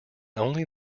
only